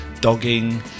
dogging